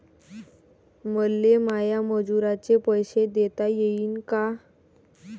मले माया मजुराचे पैसे देता येईन का?